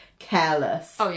Careless